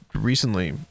recently